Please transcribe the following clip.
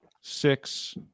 six